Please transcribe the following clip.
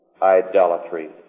idolatry